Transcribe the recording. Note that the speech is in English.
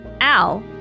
Al